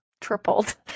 tripled